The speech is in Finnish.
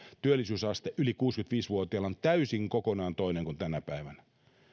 työllisyysaste yli kuusikymmentäviisi vuotiailla on täysin kokonaan toinen kuin tänä päivänä